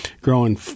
growing